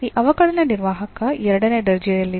ಈ ಅವಕಲನ ನಿರ್ವಾಹಕ ಎರಡನೇ ದರ್ಜೆಯಲ್ಲಿದೆ